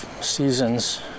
seasons